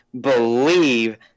believe